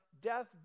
death